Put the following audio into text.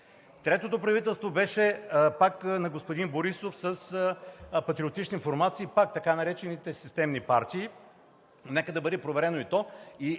Третото правителство беше пак на господин Борисов с патриотични формации, пак така наречените системни партии. Нека да бъде проверено и то.